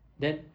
that